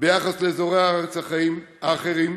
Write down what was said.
ביחס לאזורי הארץ האחרים.